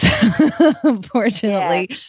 unfortunately